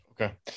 Okay